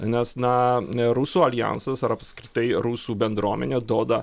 nes na rusų aljansas ar apskritai rusų bendruomenė duoda